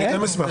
גם אני אשמח.